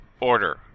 order